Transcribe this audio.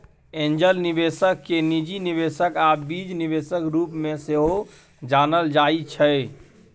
angel निबेशक केँ निजी निबेशक आ बीज निबेशक रुप मे सेहो जानल जाइ छै